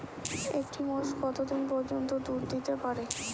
একটি মোষ কত দিন পর্যন্ত দুধ দিতে পারে?